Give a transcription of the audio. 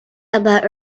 about